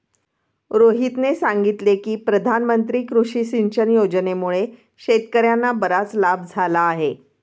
रोहितने सांगितले की प्रधानमंत्री कृषी सिंचन योजनेमुळे शेतकर्यांना बराच लाभ झाला आहे